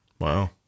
Wow